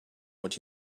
what